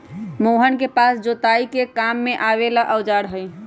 मोहन के पास जोताई के काम में आवे वाला औजार हई